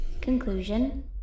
conclusion